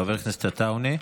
חבר הכנסת עטאונה.